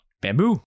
Bamboo